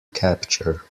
capture